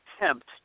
attempt